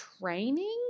Training